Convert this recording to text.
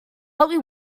but